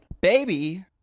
Baby